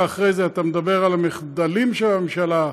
אחרי זה אתה מדבר על המחדלים של הממשלה,